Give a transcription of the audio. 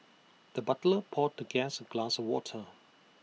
the butler poured the guest A glass of water